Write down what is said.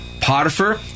Potiphar